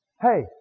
hey